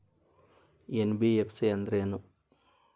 NBFC ಅಂದ್ರೇನು?